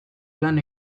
lan